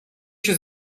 się